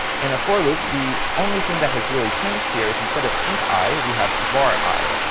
in a for loop, the only thing that has really changed here is instead of int i, we have var i.